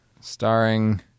Starring